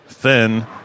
Thin